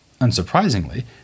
Unsurprisingly